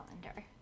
Calendar